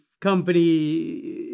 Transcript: company